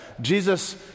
Jesus